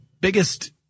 biggest